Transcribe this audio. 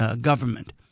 government